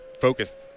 focused